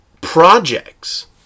projects